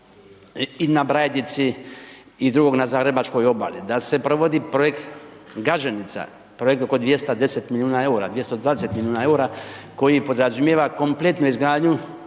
i na Brajdici i drugog na zagrebačkoj obali. Da se provodi projekt Gaženica, projekt oko 210 milijuna EUR-a, 220 milijuna EUR-a koji podrazumijeva kompletnu izgradnju